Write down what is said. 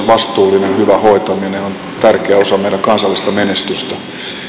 vastuullinen hyvä hoitaminen on tosi tärkeä osa meidän kansallista menestystämme